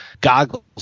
goggles